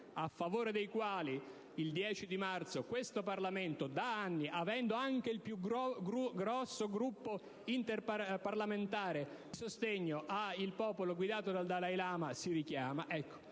a favore dei quali il 10 marzo questo Parlamento da anni, avendo anche il più grosso gruppo interparlamentare di sostegno al popolo guidato dal Dalai Lama, si richiama